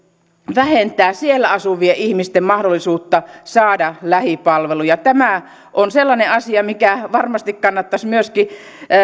vähentää siellä asuvien ihmisten mahdollisuutta saada lähipalveluja tämä on sellainen asia mikä varmasti kannattaisi myöskin